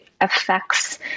affects